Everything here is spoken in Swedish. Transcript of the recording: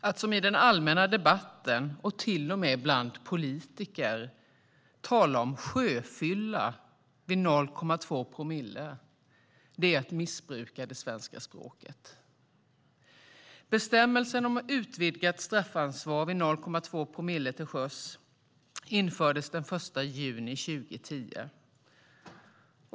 Att som i den allmänna debatten - och till och med bland politiker - tala om sjöfylla vid 0,2 promille är ett missbruk av det svenska språket. Bestämmelsen om ett utvidgat straffansvar vid 0,2 promille till sjöss infördes den 1 juni 2010.